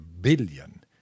billion